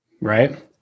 Right